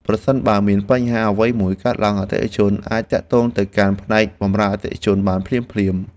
ប្រសិនបើមានបញ្ហាអ្វីមួយកើតឡើងអតិថិជនអាចទាក់ទងទៅកាន់ផ្នែកបម្រើអតិថិជនបានភ្លាមៗ។